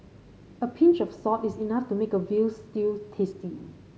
a pinch of salt is enough to make a veal stew tasty